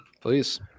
Please